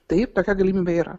taip tokia galimybė yra